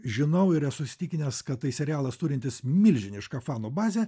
žinau ir esu įsitikinęs kad tai serialas turintis milžinišką fanų bazę